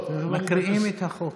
מקריאים את החוק.